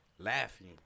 laughing